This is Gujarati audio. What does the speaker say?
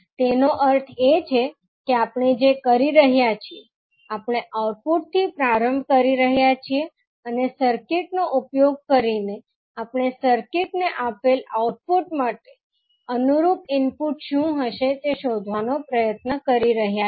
તેનો અર્થ એ છે કે આપણે જે કરી રહ્યા છીએ આપણે આઉટપુટ થી પ્રારંભ કરી રહ્યા છીએ અને સર્કિટ નો ઉપયોગ કરીને આપણે સર્કિટ ને આપેલ આઉટપુટ માટે અનુરૂપ ઇનપુટ શું હશે તે શોધવાનો પ્રયાસ કરી રહ્યા છીએ